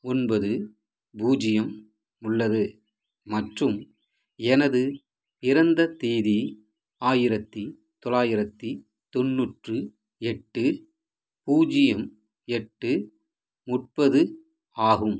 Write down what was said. ஒன்பது பூஜ்ஜியம் உள்ளது மற்றும் எனது பிறந்த தேதி ஆயிரத்தி தொள்ளாயிரத்தி தொண்ணூற்று எட்டு பூஜ்ஜியம் எட்டு முப்பது ஆகும்